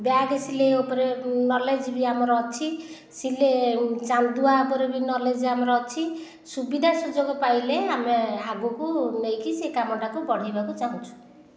bag ସିଲେଇ ଉପରେ knowledge ବି ଆମର ଅଛି ସିଲେଇ ଚାନ୍ଦୁଆ ଉପରେ ବି ନଲେଜ୍ ଆମର ଅଛି ସୁବିଧା ସୁଯୋଗ ପାଇଲେ ଆମେ ଆଗକୁ ନେଇ କରି ସେ କାମଟାକୁ ବଢେଇବାକୁ ଚାହୁଁଛୁ